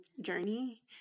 journey